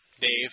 Dave